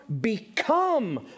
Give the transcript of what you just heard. become